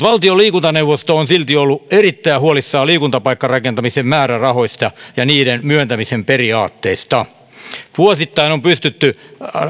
valtion liikuntaneuvosto on silti ollut erittäin huolissaan liikuntapaikkarakentamisen määrärahoista ja niiden myöntämisen periaatteista vuosittain on pystytty